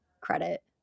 credit